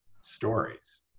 stories